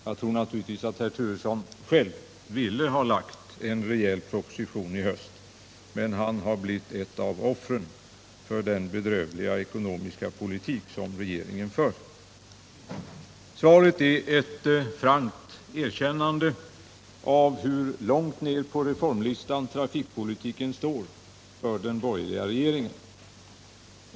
Jag tror naturligtvis att herr Turesson själv skulle ha velat lägga fram en rejäl proposition i höst, men han har blivit ett offer för den bedrövliga ekonomiska politik som regeringen för. Svaret är ett frankt erkännande av hur långt ner på den borgerliga regeringens reformlista trafikpolitiken står.